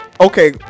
okay